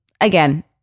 again